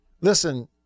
listen